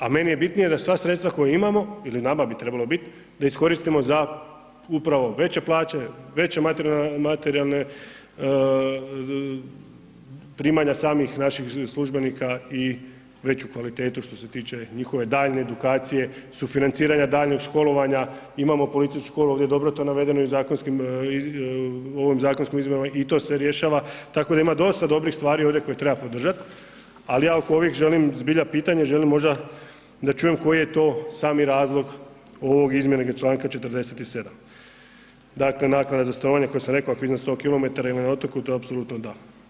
A meni je bitnije da sva sredstva koja imamo ili nama bi trebalo bit da iskoristimo za upravo veće plaće, veće materijalne primanja samih naših službenika i veću kvalitetu što se tiče njihove daljnje edukacije, sufinanciranja daljnjeg školovanja imamo policijsku školu ovdje, dobro je to navedeno i zakonskim, ovim zakonskim izmjenama i to se rješava, tako da ima dosta dobrih stvari ovdje koje treba podržat, ali ja oko ovih želim zbilja pitanje, želim možda da čujem koji je to sami razlog ovog izmijenjenog Članka 47. dakle, naknada za stanovanje koje sam reko ako je iznad 100 km ili na otoku to apsolutno da.